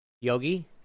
Yogi